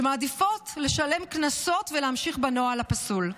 והן מעדיפות לשלם קנסות ולהמשיך בנוהל הפסול.